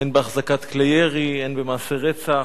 הן בהחזקת כלי ירי, הן במעשי רצח,